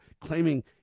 claiming